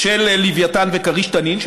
של לווייתן וכריש-תנין,